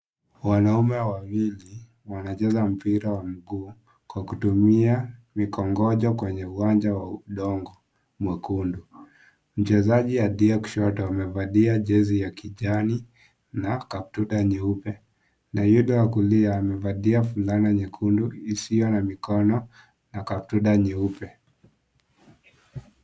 Wanaume wawili wanacheza mpira wa mguu kwa kutumia vikongojo kwenye uwanja wa udongo mwekundu. Mchezaji aliye kushoto amevalia jezi ya kijani na kaptula nyeupe. Na yule wa kulia amevalia fulana nyekundu isiyo na mikono na kaptula nyeupe.